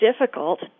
difficult